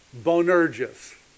Bonerges